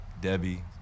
Debbie